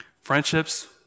friendships